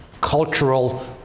cultural